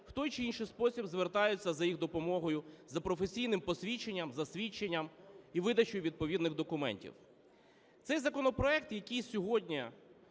в той чи інший спосіб звертаються за їх допомогою, за професійним посвідченням, засвідченням і видачею відповідних документів. Цей законопроект, який сьогодні